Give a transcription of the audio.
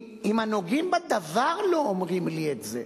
אם הנוגעים בדבר לא אומרים לי את זה,